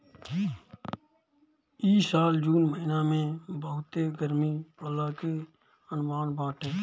इ साल जून महिना में बहुते गरमी पड़ला के अनुमान बाटे